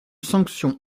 sanction